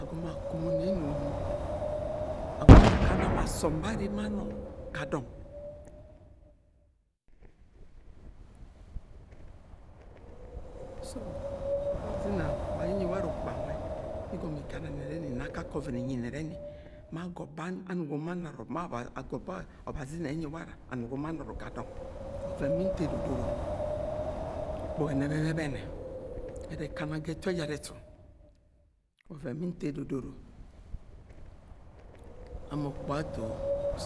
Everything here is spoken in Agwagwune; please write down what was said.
Agọmọ akɨmo neni uwuno agọmọ akana ma asọm ba arre ma no ga dọng so ọbazi ina wa ayẹ ẹnyi warẹ ukpuga ngẹ igọmọ ikana nẹrẹni ina akakẹ ọvẹn inyi nẹrẹni ma agoba anugo ma nọrọ ma agọba ọbazi ina ẹnyi warẹ anugo ma nọrọ ga dọng ọvẹn bi nto edodoro ukpuga ẹnẹp ẹbẹbẹnẹ ẹrẹ ẹkana ga ẹtu ejara ẹtu ọvẹn bi nto edodoro ama ukpuga ato